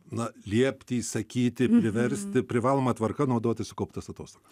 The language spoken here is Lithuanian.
na liepti įsakyti priversti privaloma tvarka naudoti sukauptas atostogas